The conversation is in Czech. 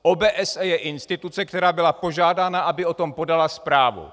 OBSE je instituce, která byla požádána, aby o tom podala zprávu.